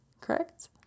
Correct